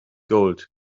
gold